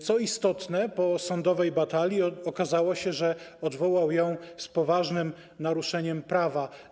Co istotne, po sądowej batalii okazało się, że odwołał ją z poważnym naruszeniem prawa.